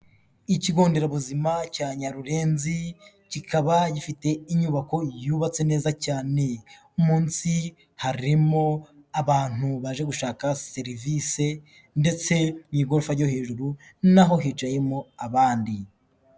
Ikigo nderabuzima cya Nyarurenzi, kikaba gifite inyubako yubatse neza cyane, munsi harimo abantu baje gushaka serivise, ndetse n'igorofa ryo hejuru naho hicayemo abandi.